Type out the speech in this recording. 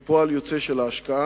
הן פועל יוצא של השקעה,